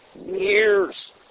Years